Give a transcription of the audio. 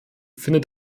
findet